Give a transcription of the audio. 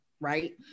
right